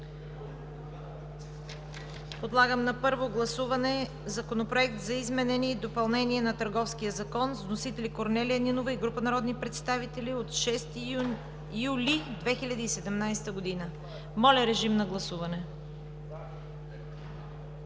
Подлагам на първо гласуване Законопроекта за изменение и допълнение на Търговския закон с вносители Корнелия Нинова и група народни представители от 6 юли 2017 г. Гласували